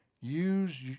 Use